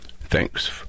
thanks